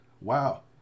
wow